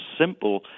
simple